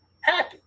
happy